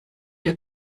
der